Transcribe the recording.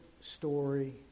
story